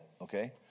Okay